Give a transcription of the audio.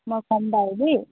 মই